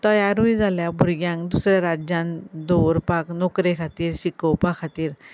तयारूय जाल्या भुरग्यांक दुसऱ्या राज्यांन दवरपाक नोकरे खातीर शिकोवपा खातीर